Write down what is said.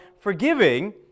forgiving